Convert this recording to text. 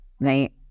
right